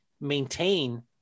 maintain